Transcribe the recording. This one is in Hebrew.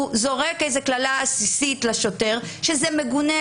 זורק איזו קללה עסיסית לשוטר זה מגונה,